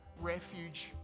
refuge